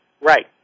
Right